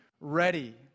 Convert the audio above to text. ready